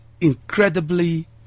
incredibly